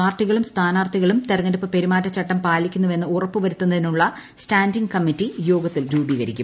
പാർട്ടികളും സ്ഥാനാർത്ഥികളും തെരഞ്ഞെടുപ്പ് പെരുമാറ്റച്ചട്ടം പാലിക്കുന്നുവെന്ന് ഉറപ്പു വരുത്തുന്നതിനുള്ള സ്റ്റാൻഡിങ്ങ് കമ്മിറ്റി യോഗത്തിൽ രൂപകരിക്കും